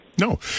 No